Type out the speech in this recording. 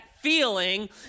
feeling